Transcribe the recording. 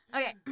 Okay